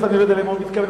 אני לא יודע למה הוא מתכוון,